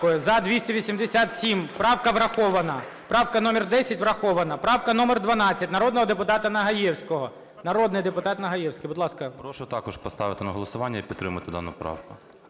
За – 287. Правка врахована. Правка номер 10 врахована. Правка номер 12 народного депутата Нагаєвського. Народний депутат Нагаєвський, будь ласка. 17:02:27 НАГАЄВСЬКИЙ А.С. Прошу також поставити на голосування і підтримати дану правку.